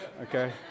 Okay